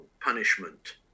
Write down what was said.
punishment